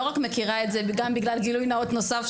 וגילוי נאות נוסף,